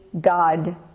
God